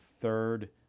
third